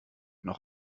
noch